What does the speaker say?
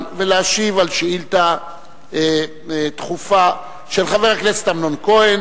ולהשיב על שאילתא דחופה של חבר הכנסת אמנון כהן